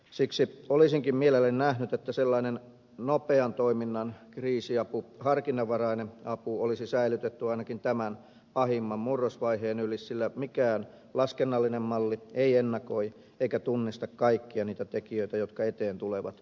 siksi olisinkin mielelläni nähnyt että sellainen nopean toiminnan kriisiapu harkinnanvarainen apu olisi säilytetty ainakin tämän pahimman murrosvaiheen yli sillä mikään laskennallinen malli ei ennakoi eikä tunnista kaikkia niitä tekijöitä jotka eteen tulevat yksittäisissä kunnissa